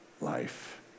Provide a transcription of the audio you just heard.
life